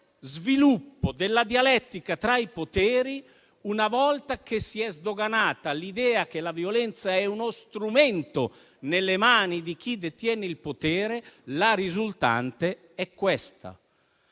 sviluppo della dialettica tra i poteri, una volta che si è sdoganata l'idea che la violenza è uno strumento nelle mani di chi detiene il potere, la risultante è questa.